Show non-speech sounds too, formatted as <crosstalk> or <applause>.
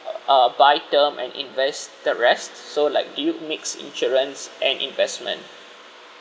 <noise> uh buy term and invest the rest so like do you mix insurance and investment